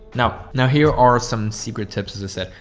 now, now here are some secret tips. as i said,